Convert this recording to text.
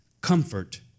comfort